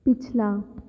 ਪਿਛਲਾ